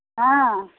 हँ